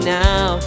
now